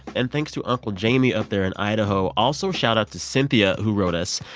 and thanks to uncle jamie up there in idaho. also, shout out to cynthia, who wrote us.